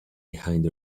behind